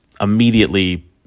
immediately